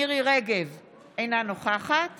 אינה נוכחת